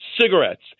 cigarettes